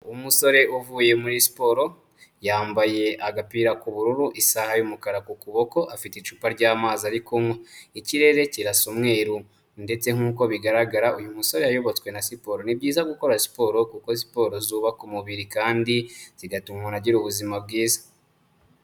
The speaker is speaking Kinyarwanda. Umusore uvuye muri siporo, yambaye agapira k'ubururu, isaha y'umukara ku kuboko, afite icupa ry'amazi ari kunywa, ikirere kirasa umweru ndetse nkuko bigaragara uyu musore yayobotswe na siporo, ni byiza gukora siporo kuko siporo zubaka umubiri kandi zigatuma umuntu agira ubuzima bwiza.